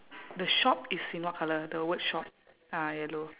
the shop is in what colour the word shop ah yellow